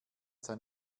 sein